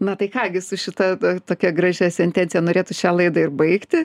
na tai ką gi su šita tokia gražia sentencija norėtųs šią laidą ir baigti